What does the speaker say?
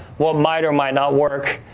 what might or might not work,